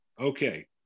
Okay